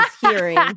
hearing